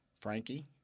Frankie